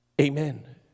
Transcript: Amen